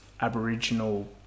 Aboriginal